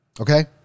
okay